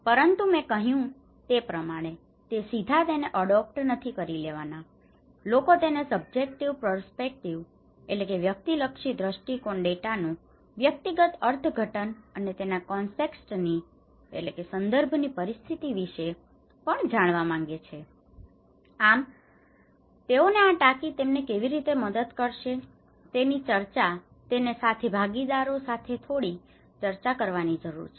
પરંતુ મેં કહ્યું હતું તે પ્રમાણે તે સીધા તેને અડોપ્ટ adopt અપનાવવા નથી કરી લેતા લોકો તેને સબ્જેકટિવ પર્સ્પેક્ટિવ subjective perspective વ્યક્તિલક્ષી દ્રષ્ટિકોણ ડેટાનું વ્યક્તિગત અર્થઘટન અને તેના કોન્ટેક્સટની context સંદર્ભ પરિસ્થિતિ વિશે પણ જાણવા માંગે છે આમ તેઓને આ ટાંકી તેમને કેવી રીતે મદદ કરશે તેની ચર્ચા તેને સાથી ભાગીદારો સાથે થોડી ચર્ચાઓ કરવાની જરૂર છે